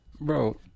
Bro